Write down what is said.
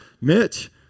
Mitch